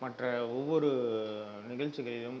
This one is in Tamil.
மற்ற ஒவ்வொரு நிகழ்ச்சிகளிலும்